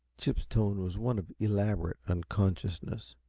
chip's tone was one of elaborate unconsciousness.